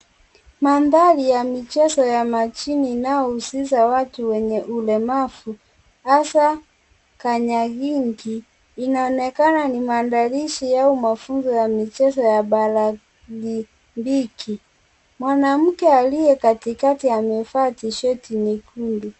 Mandhari ya mchezo wa majini inaohusisha watu wenye ulemavu hasa kanyakingi inaonekana ni maandalizi au mafunzo ya michezo ya paralimpiki . Mwanamke aliye katikati amevaa tishati nyekundu.